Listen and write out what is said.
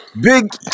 Big